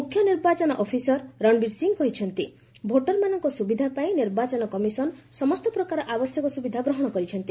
ମୁଖ୍ୟ ନିର୍ବାଚନ ଅଫିସର ରଣବୀର ସିଂହ କହିଛନ୍ତି ଭୋଟର୍ମାନଙ୍କ ସୁବିଧା ପାଇଁ ନିର୍ବାଚନ କମିଶନ୍ ସମସ୍ତ ପ୍ରକାର ଆବଶ୍ୟକ ସୁବିଧା ଗ୍ରହଣ କରିଛି